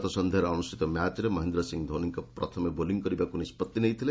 ଗତ ସନ୍ଧ୍ୟାରେ ଅନୁଷ୍ଠିତ ମ୍ୟାଚ୍ରେ ମହେନ୍ଦ୍ର ସିଂ ଧୋନି ପ୍ରଥମେ ବୋଲିଂ କରିବାକୁ ନିଷ୍କଭି ନେଇଥିଲେ